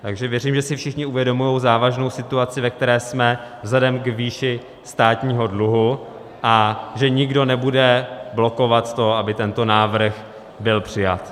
Takže věřím, že si všichni uvědomují závažnou situaci, ve které jsme vzhledem k výši státního dluhu, a že nikdo nebude blokovat to, aby tento návrh byl přijat.